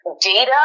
data